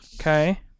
okay